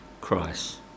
Christ